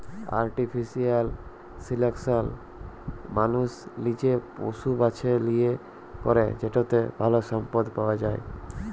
artificial selection মালুস লিজে পশু বাছে লিয়ে ক্যরে যেটতে ভাল সম্পদ পাউয়া যায়